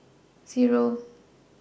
Zero